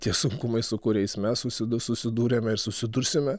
tie sunkumai su kuriais mes susidu susidūrėme ir susidursime